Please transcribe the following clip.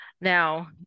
Now